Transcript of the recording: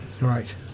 Right